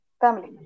Family